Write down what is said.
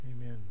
Amen